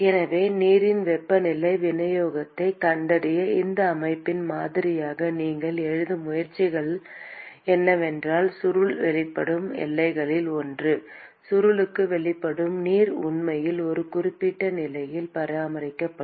எனவே நீரின் வெப்பநிலை விநியோகத்தைக் கண்டறிய இந்த அமைப்பின் மாதிரியை நீங்கள் எழுத முயற்சிக்கிறீர்கள் என்றால் சுருள் வெளிப்படும் எல்லைகளில் ஒன்று சுருளுக்கு வெளிப்படும் நீர் உண்மையில் ஒரு குறிப்பிட்ட நிலையில் பராமரிக்கப்படும்